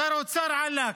שר האוצר, עלק.